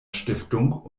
stiftung